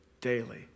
daily